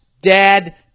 dad